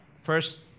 First